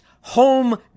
Home